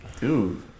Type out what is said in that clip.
Dude